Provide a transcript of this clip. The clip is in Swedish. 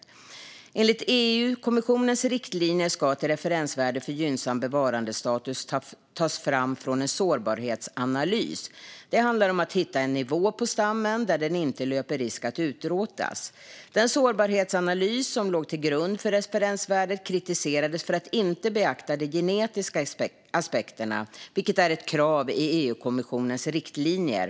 Enligt EU-kommissionens riktlinjer ska ett referensvärde för gynnsam bevarandestatus tas fram från en sårbarhetsanalys. Det handlar om att hitta en nivå på stammen där den inte löper risk att utrotas. Den sårbarhetsanalys som låg till grund för referensvärdet kritiserades för att inte beakta de genetiska aspekterna, vilket är ett krav i EU-kommissionens riktlinjer.